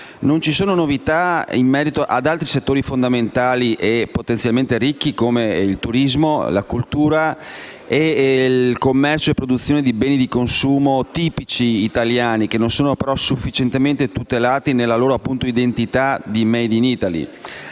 Non ci sono novità in merito ad altri settori fondamentali e potenzialmente ricchi come il turismo, la cultura, il commercio e la produzione di beni di consumo tipici italiani, che non sono però sufficientemente tutelati nella loro identità di *made in Italy*.